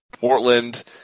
Portland